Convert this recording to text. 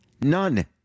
None